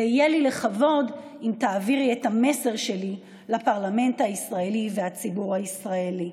יהיה לי לכבוד אם תעבירי את המסר שלי לפרלמנט הישראלי ולציבור הישראלי.